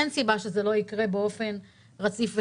אין סיבה שזה לא יקרה באופן רציף וקבוע.